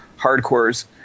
hardcores